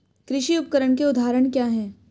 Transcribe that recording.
कृषि उपकरण के उदाहरण क्या हैं?